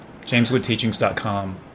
Jameswoodteachings.com